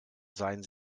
seien